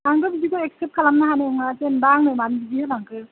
आंथ' बिदिखौ एक्सेप्त खालामनो हानाय नङा जेनबा आंनो मानो बिदि होलांखो